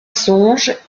songe